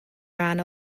rhan